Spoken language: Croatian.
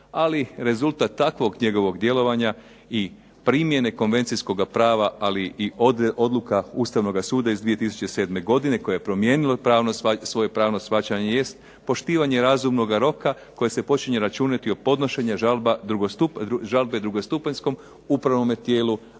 ali rezultat takvog njegovog djelovanja i primjene konvencijskoga prava, ali i odluka Ustavnoga suda iz 2007. godine, koja je promijenila svoje pravno shvaćanje jest poštivanje razumnoga roka koje se počinje računati od podnošenja žalbe drugostupanjskom upravnome tijelu,